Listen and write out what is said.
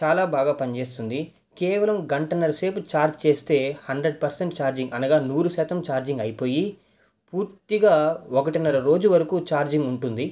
చాలా బాగా పనిచేస్తుంది కేవలం గంటన్నర సేపు చార్జ్ చేస్తే హండ్రెడ్ పర్సెంట్ ఛార్జింగ్ అనగా నూరు శాతం ఛార్జింగ్ అయిపోయి పూర్తిగా ఒకటిన్నర రోజు వరకు ఛార్జింగ్ ఉంటుంది